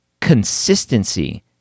Consistency